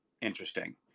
Interesting